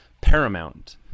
paramount